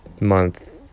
month